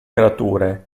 creature